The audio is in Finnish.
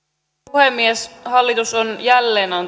puhemies hallitus on jälleen antanut